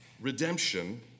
Redemption